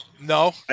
No